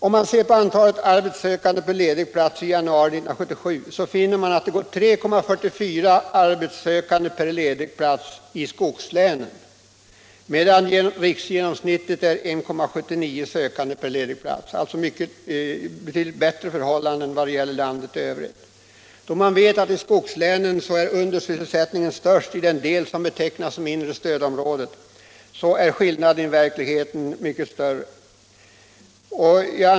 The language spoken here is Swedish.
Om man ser på antalet arbetssökande per ledig plats i januari 1977, finner man att det går 3,44 arbetssökande per ledig plats i skogslänen, medan riksgenomsnittet är 1,79 sökande per ledig plats. Det är alltså betydligt bättre förhållanden i landet i övrigt än i skogslänen. Då man vet att undersysselsättningen i skogslänen är störst i den del som betecknas som det inre stödområdet, så är skillnaden i verkligheten än större.